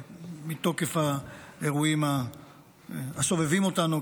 מתוקף האירועים הסובבים אותנו,